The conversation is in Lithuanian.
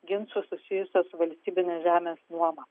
ginčų susijusių su valstybinės žemės nuoma